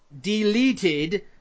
deleted